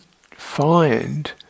find